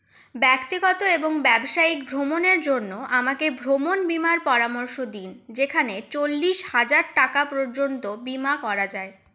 ব্যক্তিগত এবং ব্যবসায়িক ভ্রমণের জন্য আমাকে ভ্রমণ বীমার পরামর্শ দিন যেখানে চলিশ হাজার টাকা পর্যন্ত বিমা করা যায়